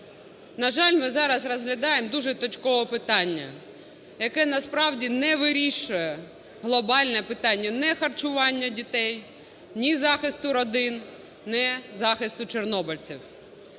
На жаль, ми зараз розглядаємо дуже точкове питання, яке насправді не вирішує глобальне питання: ні харчування дітей, ні захисту родин, ні захисту чорнобильців.